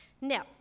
Now